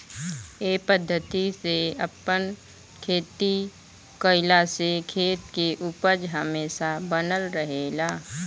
ए पद्धति से आपन खेती कईला से खेत के उपज हमेशा बनल रहेला